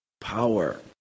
power